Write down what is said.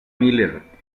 miller